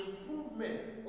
improvement